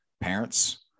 parents